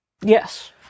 Yes